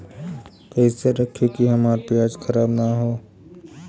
कइसे रखी कि हमार प्याज खराब न हो?